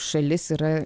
šalis yra